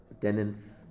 tenants